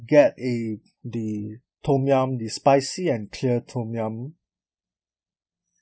get a the tom yum the spicy and clear tom yum